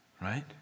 right